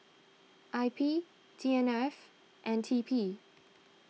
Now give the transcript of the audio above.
I P T N R F and T P